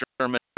German